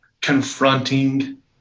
confronting